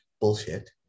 bullshit